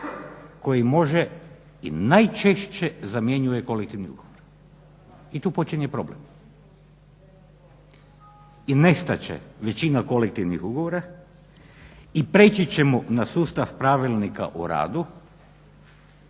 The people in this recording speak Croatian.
koji može i najčešće zamjenjuje kolektivni ugovor. I tu počinje problem. I nestat će većina kolektivnih ugovora i prijeći ćemo na sustav pravilnika o radu